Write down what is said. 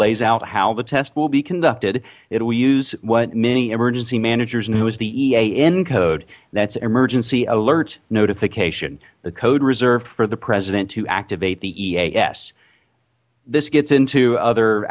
lays out how the test will be conducted it will use what many emergency managers know as the ean code that's emergency alert notification the code reserved for the president to activate the eas this gets into other